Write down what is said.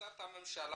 בהחלטת הממשלה